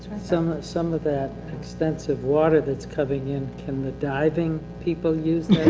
some, some of that extensive water that's coming in, can the diving people use that?